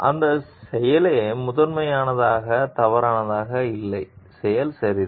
அந்தச் செயலே முதன்மையான தவறு இல்லை செயல் சரிதான்